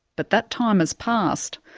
but that time has passed.